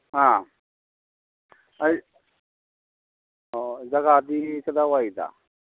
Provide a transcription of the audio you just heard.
ꯑꯥ ꯑꯣ ꯖꯒꯥꯗꯤ ꯀꯗꯥꯏꯋꯥꯏꯗ